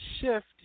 shift